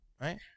right